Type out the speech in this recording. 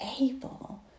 able